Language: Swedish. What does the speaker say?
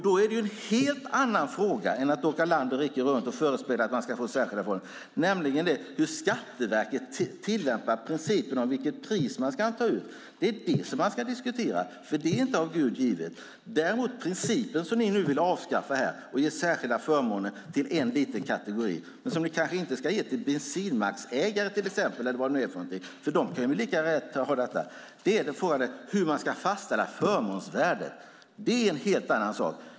Det är en helt annan fråga än att åka land och rike runt och förespegla människor att de ska få särskilda förmåner, nämligen hur Skatteverket tillämpar principen om vilket pris som ska tas ut. Det är det vi ska diskutera, för det är inte av Gud givet. Den princip ni nu vill avskaffa och i stället ge särskilda förmåner till en liten kategori, men som ni kanske inte ska ge till exempelvis bensinmacksägare - de skulle ju lika gärna kunna ha detta - är en helt annan sak än hur man ska fastställa förmånsvärdet. Det är en helt annan sak.